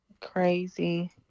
crazy